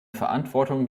verantwortung